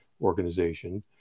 organization